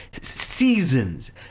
seasons